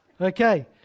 okay